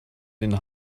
den